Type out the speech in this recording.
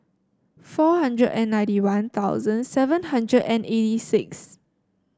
four hundred and ninety One Thousand seven hundred and eighty six